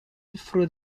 through